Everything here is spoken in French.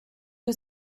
que